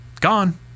gone